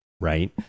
right